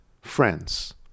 friends